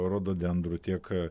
rododendrų tiek